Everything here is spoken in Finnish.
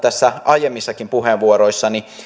aiemmissakin puheenvuoroissani